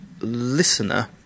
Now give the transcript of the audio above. listener